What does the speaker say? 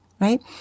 right